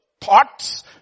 thoughts